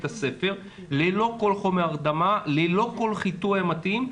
הספר ללא כל חומר הרדמה ללא כל חיטוי מתאים.